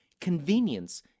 Convenience